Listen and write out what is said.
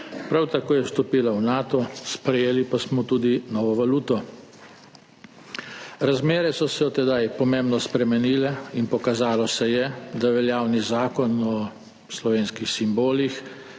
prav tako je vstopila v Nato, sprejeli pa smo tudi novo valuto. Razmere so se od tedaj pomembno spremenile in pokazalo se je, da je veljavni zakon o slovenskih simbolih